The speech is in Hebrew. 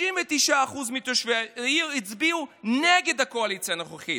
59% מתושבי העיר הצביעו נגד הקואליציה הנוכחית,